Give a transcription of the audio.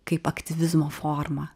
kaip aktyvizmo forma